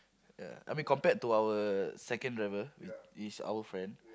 ya I mean compared to our second driver is is our friend